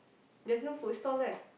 there's no food stall there